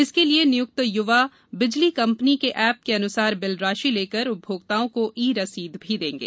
इसके लिए निय्क्त य्वा बिजली कंपनी के एप के अन्सार बिल राशि लेकर उपभोक्ताओं को ई रसीद भी देंगे